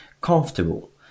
comfortable